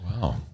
Wow